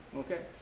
okay.